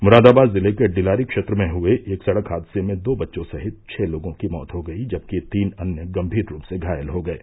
मुरादाबाद जिले के डिलारी क्षेत्र में हुये एक सड़क हादसे में दो बच्चों सहित छः लोगों की मौत हो गयी जबकि तीन अन्य गम्भीर रूप से घायल हो गये